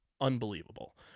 unbelievable